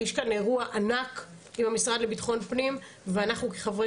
יש כאן אירוע ענק עם המשרד לביטחון פנים ואנחנו כחברי